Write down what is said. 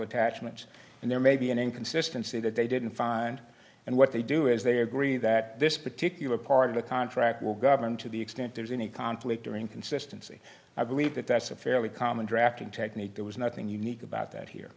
attachments and there may be an inconsistency that they didn't find and what they do is they agree that this particular part of the contract will govern to the extent there's any conflict or inconsistency i believe that that's a fairly common drafting technique there was nothing unique about that here